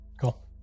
cool